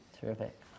Terrific